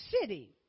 city